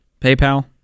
PayPal